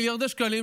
מיליארדי שקלים,